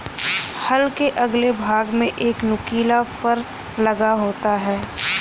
हल के अगले भाग में एक नुकीला फर लगा होता है